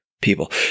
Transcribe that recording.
people